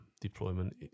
deployment